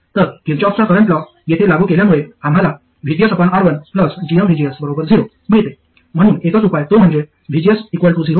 तर किर्चॉफचा current law येथे लागू केल्यामुळे आम्हाला vgsR1gmvgs0 मिळते म्हणून एकच उपाय तो म्हणजे vgs 0 आहे